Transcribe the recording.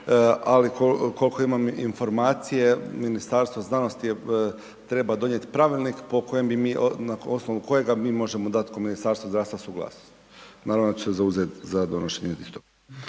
ali koliko imam informacije Ministarstvo znanosti je treba donijet pravilnik po kojem bi mi, na osnovu kojega mi možemo dat ko Ministarstvo zdravstva suglasnost. Naravno da ću se zauzet za donošenje istog.